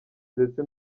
ndetse